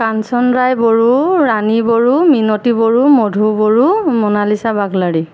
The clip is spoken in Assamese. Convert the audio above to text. কাঞ্চন ৰায় বড়ো ৰাণী বড়ো মিনতি বড়ো মধু বড়ো মনালিচা বাগলাৰী